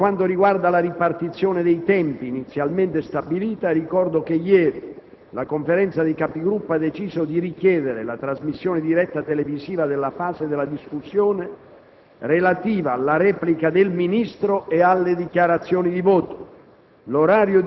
Per quanto riguarda la ripartizione dei tempi inizialmente stabilita, ricordo che ieri la Conferenza dei Capigruppo ha deciso di richiedere la trasmissione diretta televisiva della fase della discussione relativa alla replica del Ministro e alle dichiarazioni di voto.